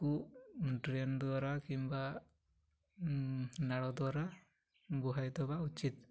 କୁ ଡ୍ରେନ୍ ଦ୍ୱାରା କିମ୍ବା ନାଳ ଦ୍ୱାରା ବୁହାଇ ଦେବା ଉଚିତ୍